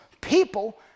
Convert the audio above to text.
people